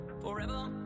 forever